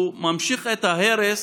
הוא ממשיך את ההרס